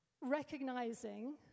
recognizing